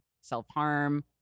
self-harm